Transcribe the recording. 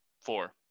four